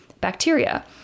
bacteria